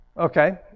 Okay